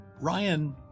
Ryan